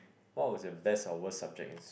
what was your best or worst subject is